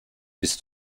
bist